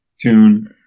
tune